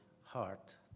heart